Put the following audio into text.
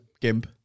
gimp